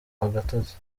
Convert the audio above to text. agatotsi